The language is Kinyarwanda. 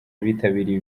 abitabiriye